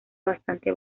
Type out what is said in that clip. bastante